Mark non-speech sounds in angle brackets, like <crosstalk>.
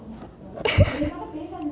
<laughs>